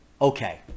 okay